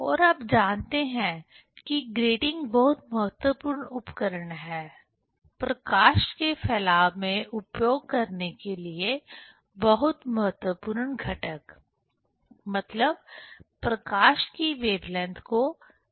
और आप जानते हैं कि ग्रेटिंग बहुत महत्वपूर्ण उपकरण है प्रकाश के फैलाव में उपयोग करने के लिए बहुत महत्वपूर्ण घटक मतलब प्रकाश की वेवलेंथ को अलग करना